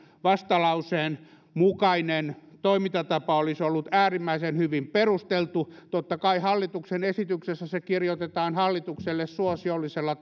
vastalauseen mukainen toimintatapa olisi ollut äärimmäisen hyvin perusteltu totta kai hallituksen esityksessä se kirjoitetaan hallitukselle suosiollisella